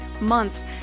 months